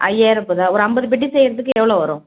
ஐயாயிரம் போகுதா ஒரு ஐம்பது பெட்டி செய்கிறதுக்கு எவ்வளோ வரும்